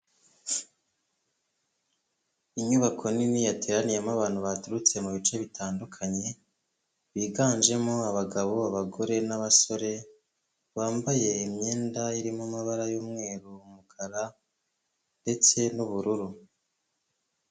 Inyubako nini yateraniyemo abantu baturutse mu bice bitandukanye biganjemo abagabo, abagore, n'abasore bambaye imyenda irimo amabara y'umweru, umukara ndetse n'ubururu.